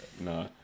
No